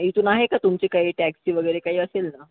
इथून आहे का तुमची काही टॅक्सी वगैरे काही असेल ना